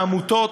העמותות,